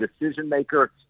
decision-maker